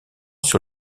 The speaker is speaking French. sur